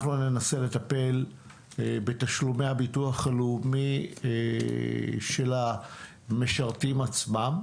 אנחנו ננסה לטפל בתשלומי הביטוח הלאומי של המשרתים עצמם.